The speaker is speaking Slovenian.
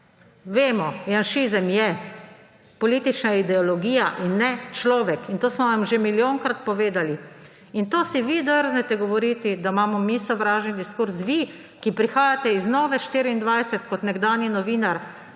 Vemo, janšizem je politična ideologija in ne človek. To smo vam že milijonkrat povedali. In si vi drznete govoriti, da imamo mi sovražni diskurz. Vi, ki prihajate z Nove24 kot nekdanji novinar,